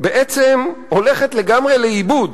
בעצם הולכת לגמרי לאיבוד